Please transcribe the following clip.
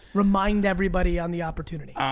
remind everybody on the opportunity.